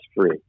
free